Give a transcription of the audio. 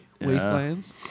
Wastelands